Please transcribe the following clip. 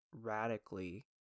radically